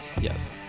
Yes